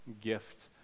gift